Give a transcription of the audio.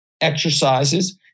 exercises